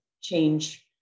change